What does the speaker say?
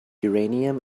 uranium